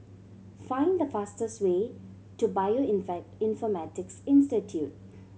find the fastest way to infect Institute